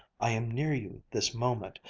i am near you this moment.